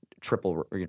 triple